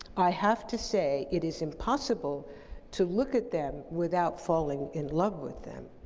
i have to say it is impossible to look at them without falling in love with them